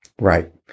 Right